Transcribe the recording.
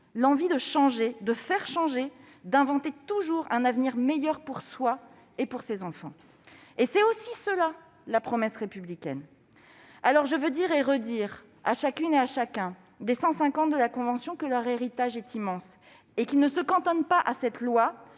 l'envie de changer, de faire changer et d'inventer toujours un avenir meilleur pour soi et pour ses enfants. C'est aussi cela, la promesse républicaine. Je veux dire et redire à chacune et à chacun des 150 de la Convention que leur héritage est immense et qu'il ne se cantonne pas à ce texte,